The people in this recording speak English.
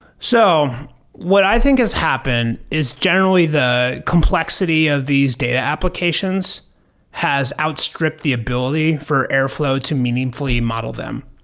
so what i think has happened is generally the complexity of these data applications has outstripped the ability for airflow to meaningfully model them.